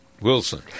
Wilson